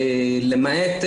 למעט,